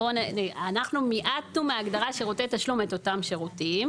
אנחנו מיעטנו מההגדרה "שירותי תשלום" את אותם שירותים.